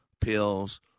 pills